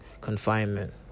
confinement